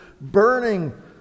burning